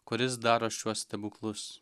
kuris daro šiuos stebuklus